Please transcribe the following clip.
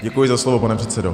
Děkuji za slovo, pane předsedo.